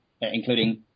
including